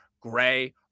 Gray